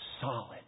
Solid